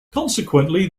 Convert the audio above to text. consequently